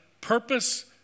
purpose